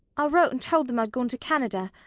i wrote and told them i'd gone to canada.